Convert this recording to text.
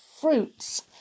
fruits